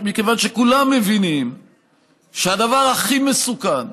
מכיוון שכולם מבינים שהדבר הכי מסוכן,